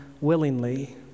willingly